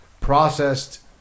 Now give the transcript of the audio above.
processed